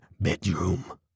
bedroom